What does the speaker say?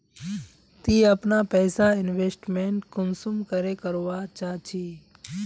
ती अपना पैसा इन्वेस्टमेंट कुंसम करे करवा चाँ चची?